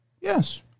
Yes